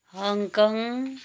Hong Kong